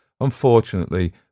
unfortunately